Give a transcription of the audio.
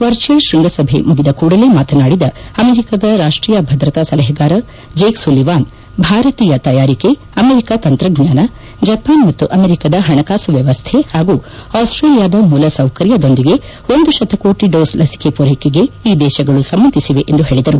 virtual ಶೃಂಗಸಭೆ ಮುಗಿದ ಕೂಡಲೇ ಮಾತನಾಡಿದ ಅಮೆರಿಕದ ರಾಷ್ಟೀಯ ಭದ್ರತಾ ಸಲಹೆಗಾರ ಜೇಕ್ ಸುಲಿವಾನ್ ಭಾರತೀಯ ತಯಾರಿಕೆ ಅಮೆರಿಕ ತಂತ್ರಜ್ಞಾನ ಜಪಾನ್ ಮತ್ತು ಅಮೆರಿಕದ ಹಣಕಾಸು ವ್ಯವನ್ನೆ ಹಾಗೂ ಆಸ್ಟ್ರೇಲಿಯಾದ ಮೂಲ ಸೌಕರ್ಯದೊಂದಿಗೆ ಒಂದು ಶತಕೋಟಿ ಡೋಸ್ ಲಸಿಕೆ ಪೂರೈಕೆಗೆ ಈ ದೇಶಗಳು ಸಮ್ಮತಿಸಿವೆ ಎಂದು ಹೇಳಿದರು